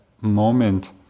moment